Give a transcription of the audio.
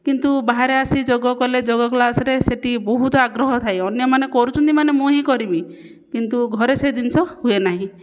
କିନ୍ତୁ ବାହାରେ ଆସି ଯୋଗକଲେ ଯୋଗ କ୍ଲାସ୍ରେ ସେଇଠି ବହୁତ ଆଗ୍ରହ ଥାଏ ଅନ୍ୟମାନେ କରୁଛନ୍ତି ମାନେ ମୁଁ ହିଁ କରିବି କିନ୍ତୁ ଘରେ ସେ ଜିନିଷ ହୁଏନାହିଁ